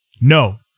no